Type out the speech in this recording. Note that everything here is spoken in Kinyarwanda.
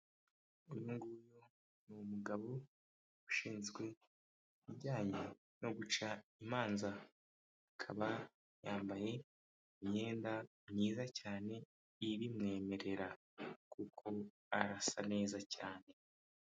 Uyu nguyu ni umugabo ushinzwe ibijyanye no guca imanza. Akaba yambaye imyenda myiza cyane, ibimwemerera. Kuko arasa neza cyane.